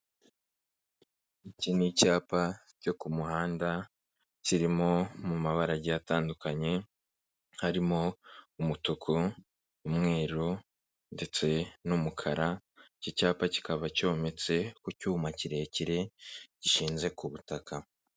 Iki ni icyapa cyo ku muhanda, kirimo mu mabarage atandukanye, harimo: umutuku, umweruru ndetse n'umukara, iki cyapa kikaba cyometse ku cyuma kirekire gishinze ku butaka.